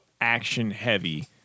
action-heavy